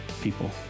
people